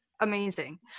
amazing